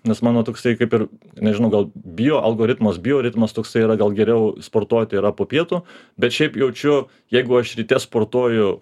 nes mano toksai kaip ir nežinau gal bioalgoritmas bioritmas toksai yra gal geriau sportuoti yra po pietų bet šiaip jaučiu jeigu aš ryte sportuoju